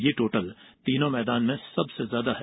यह तीनों मैदान में सबसे ज्यादा है